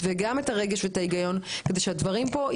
ובין הקריאה הראשונה לשנייה כל מה שאמרת עכשיו